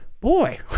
boy